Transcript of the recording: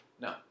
No